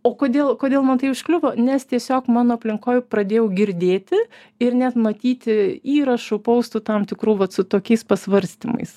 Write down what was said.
o kodėl o kodėl man tai užkliuvo nes tiesiog mano aplinkoj pradėjau girdėti ir net matyti įrašų poustų tam tikrų vat su tokiais pasvarstymais